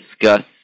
discuss